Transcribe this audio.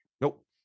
Nope